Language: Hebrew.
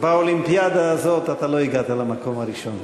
באולימפיאדה הזאת אתה לא הגעת למקום הראשון.